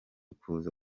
kuza